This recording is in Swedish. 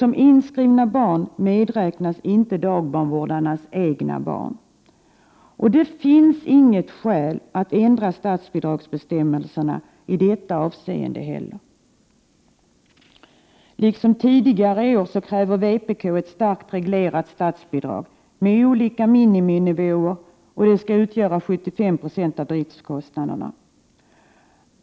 Som inskrivna barn medräknas inte dagbarnvårdarens egna barn. Det finns inga skäl att ändra statsbidragsbestämmelserna i detta avseende heller. Liksom tidigare år kräver vpk ett starkt reglerat statsbidrag med olika miniminivåer. Det skall motsvara 75 90 av driftskostnaderna.